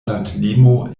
landlimo